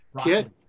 Kid